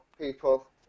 people